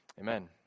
Amen